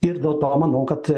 ir dėl to manau kad